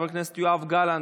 חבר הכנסת יואב גלנט,